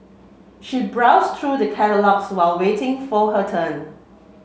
she browsed through the catalogues while waiting for her turn